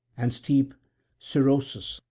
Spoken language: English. and steep cerossus,